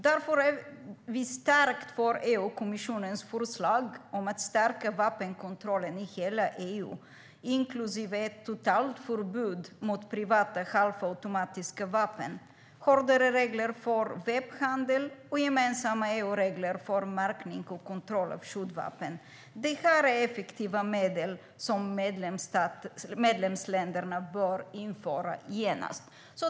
Därför är vi starkt för EU-kommissionens förslag om att stärka vapenkontrollen i hela EU, inklusive ett totalförbud mot privata halvautomatiska vapen, hårdare regler för webbhandel och gemensamma EU-regler för märkning och kontroll av skjutvapen. Det här är effektiva medel som medlemsländerna bör införa genast.